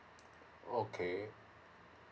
okay